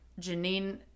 Janine